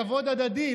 כבוד הדדי?